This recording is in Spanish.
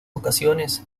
ocasiones